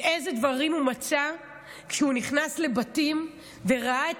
איזה דברים הוא מצא כשהוא נכנס לבתים וראה את